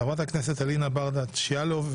חברת הכנסת אלינה ברדץ' יאלוב,